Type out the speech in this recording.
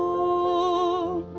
oh,